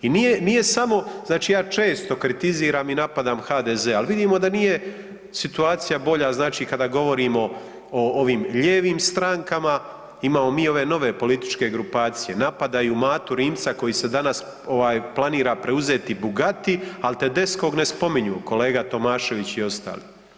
I nije samo znači ja često kritiziram i napadam HDZ, ali vidimo da nije situacija bolja znači kada govorimo o ovim lijevim strankama, imamo mi i ove nove političke grupacije, napadaju Matu Rimca koji se danas ovaj planira preuzeti Bugatti, al Tedeschkog ne spominju kolega Tomašević i ostali.